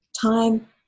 Time